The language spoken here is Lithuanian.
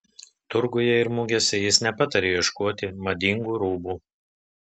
turguje ir mugėse jis nepataria ieškoti madingų rūbų